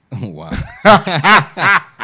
Wow